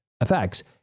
effects